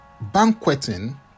banqueting